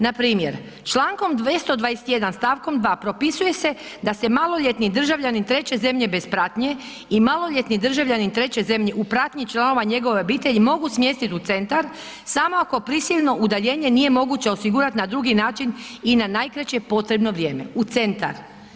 Npr. čl. 221. st. 2. propisuje se da se maloljetni državljanin treće zemlje bez pratnje i maloljetni državljanin treće zemlje u pratnji članova njegove obitelji mogu smjestit u centar samo ako prisilno udaljenje nije moguće osigurat na drugi način i na najkraće potrebno vrijeme u centar.